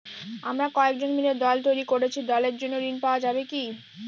আমরা কয়েকজন মিলে দল তৈরি করেছি দলের জন্য ঋণ পাওয়া যাবে কি?